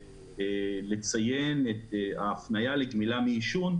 לציין את ההפניה לגמילה מעישון,